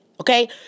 Okay